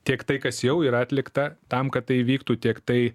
tiek tai kas jau yra atlikta tam kad tai įvyktų tiek tai